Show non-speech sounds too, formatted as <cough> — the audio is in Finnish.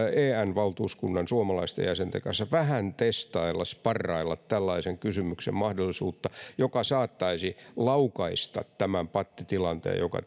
en valtuuskunnan suomalaisten jäsenten kanssa vähän testailla sparrailla tällaisen kysymyksen mahdollisuutta joka saattaisi laukaista tämän pattitilanteen joka <unintelligible>